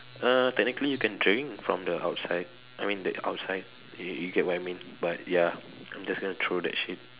uh technically you can drink from the outside I mean the outside you you get what I mean but ya I'm just going to throw that shit